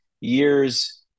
years